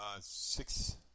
six